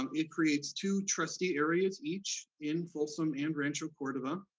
um it creates two trustee areas each, in folsom and rancho cordova,